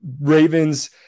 Ravens